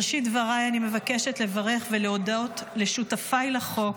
בראשית דבריי אני מבקשת לברך ולהודות לשותפיי לחוק,